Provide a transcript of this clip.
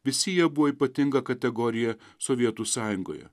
visi jie buvo ypatinga kategorija sovietų sąjungoje